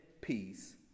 peace